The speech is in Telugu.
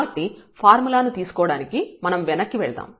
కాబట్టి ఫార్ములాను తీసుకోవడానికి మనం వెనక్కి వెళ్దాం